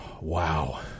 Wow